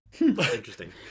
Interesting